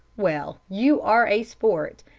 well, you are a sport,